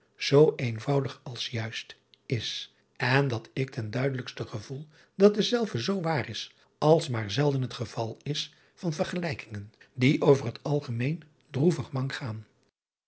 zoo eenvoudig als juist is en dat ik ten duidelijkste gevoel dat dezelve zoo waar is als maar zelden het geval is van vergelijkingen die over het algemeen droevig mank gaan